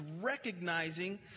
recognizing